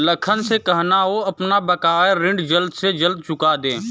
लखन से कहना, वो अपना बकाया ऋण जल्द से जल्द चुका दे